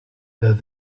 though